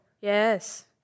yes